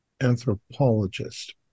anthropologist